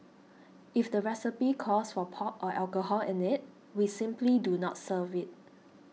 if the recipe calls for pork or alcohol in it we simply do not serve it